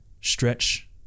stretch